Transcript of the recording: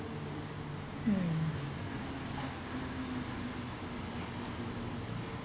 mm